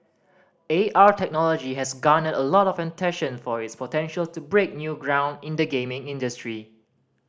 A R technology has garnered a lot of attention for its potential to break new ground in the gaming industry